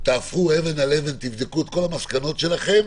שבו, תהפכו אבן על אבן ותבדקו את כל המסקנות שלכם.